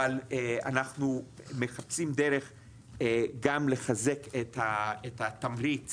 אבל אנחנו מחפשים דרך גם לחזק את התמריץ